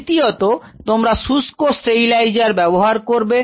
দ্বিতীয়তঃ তোমরা শুষ্ক স্টেরিলাইজার ব্যবহার করবে